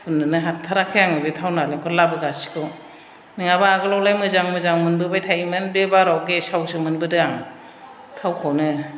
फुननोनो हाथाराखै आं बे थाव नालेंखर लाबोगासेखौ नङाबा आगोलावलाय मोजां मोजां मोनबोबाय थायोमोन बे बाराव गेसावसो मोनबोदों आं थावखौनो